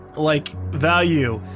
like value,